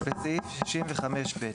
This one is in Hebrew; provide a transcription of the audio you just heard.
(6)בסעיף 65(ב)